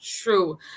true